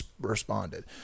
responded